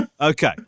okay